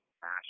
fashion